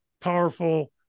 powerful